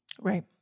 Right